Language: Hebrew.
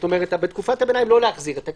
כלומר בתקופת הביניים לא להחזיר את הקנסות.